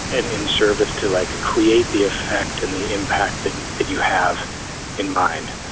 and in service to, like, create the effect and the impact and that you have in mind.